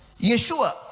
yeshua